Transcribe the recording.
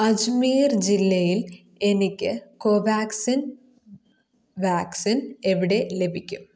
അജ്മീർ ജില്ലയിൽ എനിക്ക് കോവാക്സിൻ വാക്സിൻ എവിടെ ലഭിക്കും